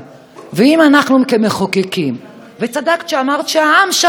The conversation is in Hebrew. אם אנחנו כמחוקקים, וצדקת כשאמרת שהעם שלח איתכם.